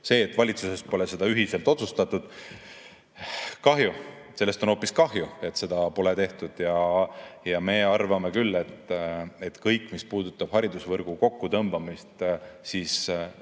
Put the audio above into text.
See, et valitsuses pole seda ühiselt otsustatud – kahju, sellest on kahju, et seda pole tehtud. Meie arvame küll, et kõigel, mis puudutab haridusvõrgu kokkutõmbamist, peab